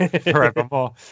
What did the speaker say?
forevermore